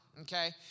Okay